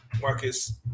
Marcus